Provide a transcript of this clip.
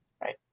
Right